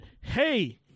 hey